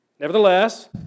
Nevertheless